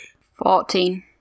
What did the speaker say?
Fourteen